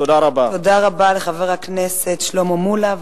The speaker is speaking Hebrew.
תודה רבה לחבר הכנסת שלמה מולה,